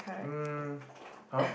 um !huh!